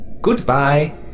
Goodbye